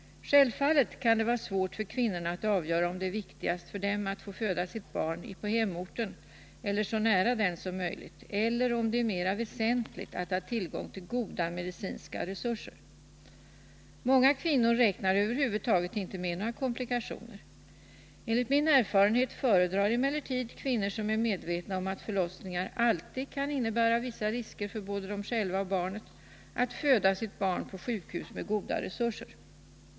Självfallet kan det vara svårt för kvinnorna att avgöra om det är viktigast för dem att få föda sitt barn på hemorten eller så nära den som möjligt eller om det är mer väsentligt att ha tillgång till goda medicinska resurser. Många kvinnor räknar över huvud taget inte med några komplikationer. Enligt min erfarenhet föredrar emellertid kvinnor som är medvetna om att förlossningar alltid kan innebära vissa risker för både dem själva och barnet att föda sitt barn på sjukhus med goda resurser.